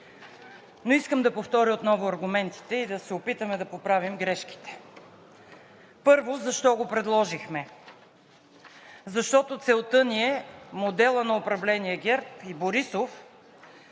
но искам отново да повторя аргументите и да се опитаме да поправим грешките. Първо, защо го предложихме? Защото целта ни е моделът на управление ГЕРБ и Борисов